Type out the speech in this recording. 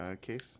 case